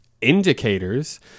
indicators